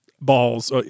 balls